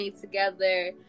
together